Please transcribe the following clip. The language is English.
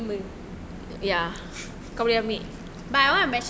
but I want mention the wrap bag